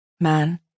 man